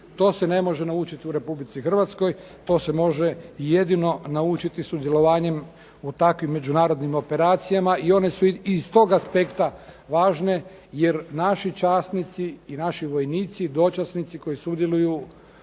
To se ne može naučiti u Republici Hrvatskoj, to se može jedino naučiti sudjelovanjem u takvim međunarodnim operacijama. I one su iz tog aspekta važne, jer naši časnici i naši vojnici, dočasnici koji sudjeluju